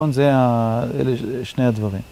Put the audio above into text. וזה שני הדברים.